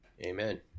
Amen